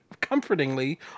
comfortingly